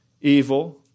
evil